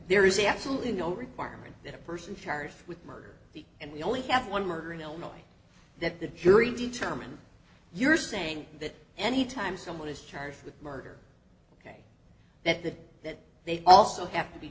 there is absolutely no requirement that a person charged with murder the and we only have one murder in illinois that the jury determined you're saying that anytime someone is charged with murder ok that the that they also have to be